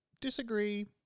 Disagree